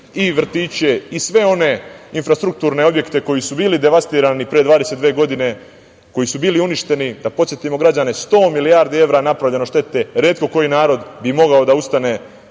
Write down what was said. i vrtiće i sve one infrastrukturne objekte koji su bili devastirani pre 22 godine, koji su bili uništeni. Da podsetimo građane, 100 milijardi evra je napravljeno štete. Retko koji narod bi mogao da ustane